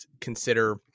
consider